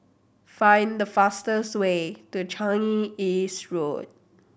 find the fastest way to Changi East Road